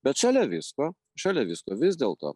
bet šalia visko šalia visko vis dėlto